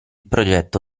progetto